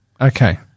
Okay